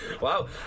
Wow